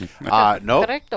No